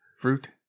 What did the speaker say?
Fruit